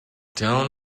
down